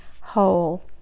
whole